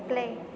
play